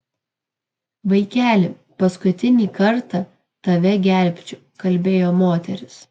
vaikeli paskutinį kartą tave gelbsčiu kalbėjo moteris